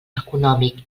econòmic